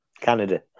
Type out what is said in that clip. Canada